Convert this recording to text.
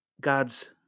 God's